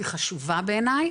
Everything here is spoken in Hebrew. היא חשובה בעיניי